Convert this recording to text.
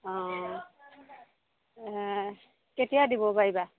অ কেতিয়া দিব পাৰিবা